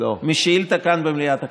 משאילתה במליאת הכנסת.